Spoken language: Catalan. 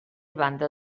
banda